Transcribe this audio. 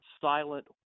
silent